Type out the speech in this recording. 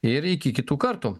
ir iki kitų kartų